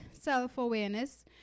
self-awareness